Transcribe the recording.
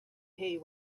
hay